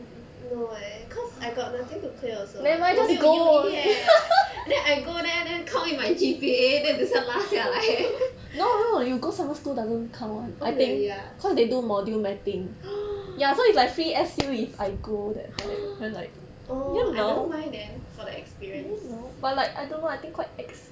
no eh cause I got nothing to clear also [what] 我没有 U_E eh then I go there then count in my G_P_A then 等一下拉下来 eh oh really ah oh I don't mind then for the experience